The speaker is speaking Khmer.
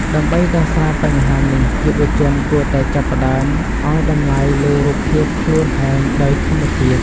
ដើម្បីដោះស្រាយបញ្ហានេះ យុវជនគួរតែចាប់ផ្ដើមឱ្យតម្លៃលើរូបភាពខ្លួនឯងដោយធម្មជាតិ។